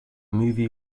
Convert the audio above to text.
movie